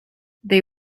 they